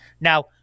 Now